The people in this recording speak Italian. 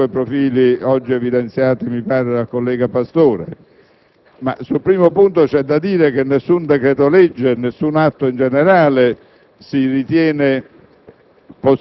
sono due profili oggi evidenziati mi pare dal collega Pastore. Sul primo punto c'è però da dire che nessun decreto‑legge, e nessun atto in generale, si ritiene